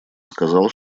сказал